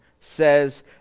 says